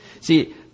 See